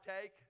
take